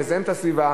מזהם את הסביבה,